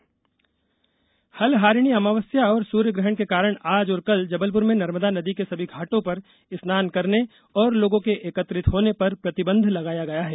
स्नान प्रतिबंध हलहारिणी अमावस्या और सूर्यग्रहण के कारण आज और कल जबलपुर में नर्मदा नदी के सभी घाटों पर स्नान करने और लोगों के एकत्रित होने पर प्रतिबंध लगाया गया है